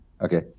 Okay